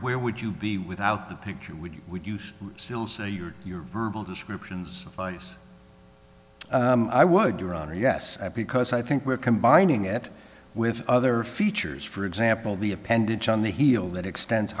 where would you be without the picture would you would use still say your your verbal descriptions of ice i would your honor yes because i think we're combining it with other features for example the appendage on the heel that extends